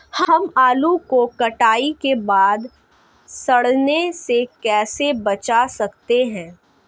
हम आलू को कटाई के बाद सड़ने से कैसे बचा सकते हैं?